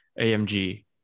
AMG